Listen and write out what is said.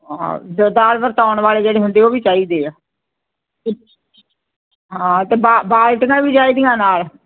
ਹਾਂ ਦਾਲ ਵਰਤਾਉਣ ਵਾਲੇ ਜਿਹੜੇ ਹੁੰਦੇ ਉਹ ਵੀ ਚਾਹੀਦੇ ਆ ਹਾਂ ਅਤੇ ਬਾ ਬਾਲਟੀਆਂ ਵੀ ਚਾਹੀਦੀਆਂ ਨਾਲ